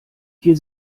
hier